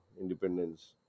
independence